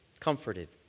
comforted